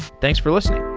thanks for listening.